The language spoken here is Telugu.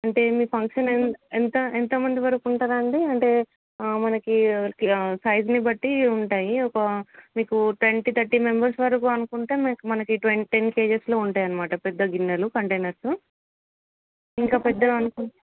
అంటే మీ ఫంక్షన్ ఎ ఎంత ఎంతమంది వరకు ఉంటారండీ అంటే మనకి సైజ్ని బట్టి ఉంటాయి ఒక మీకు ట్వంటీ థర్టీ మెంబర్స్ వరకు అనుకుంటే మీకు మనకి ట్వ టెన్ కేజెస్లో ఉంటాయనమాట పెద్ద గిన్నెలు కంటైనర్స్ ఇంకా పెద్ద అనుకు